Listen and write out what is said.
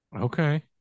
okay